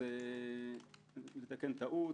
אז לתקן טעות